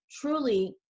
truly